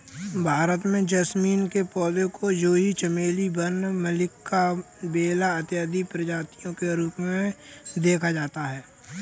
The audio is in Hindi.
भारत में जैस्मीन के पौधे को जूही चमेली वन मल्लिका बेला इत्यादि प्रजातियों के रूप में देखा जाता है